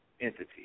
entity